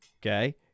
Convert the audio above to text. Okay